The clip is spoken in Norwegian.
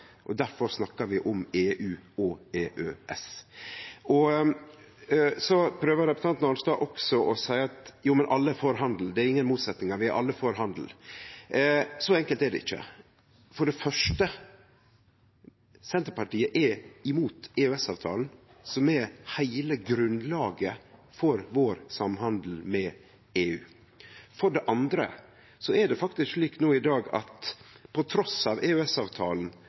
Så prøver representanten Arnstad også å seie at alle er for handel – at det er ingen motsetning her, vi er alle for handel. Så enkelt er det ikkje. For det første: Senterpartiet er imot EØS-avtalen, som er heile grunnlaget for vår samhandel med EU. For det andre: Det er faktisk slik i dag at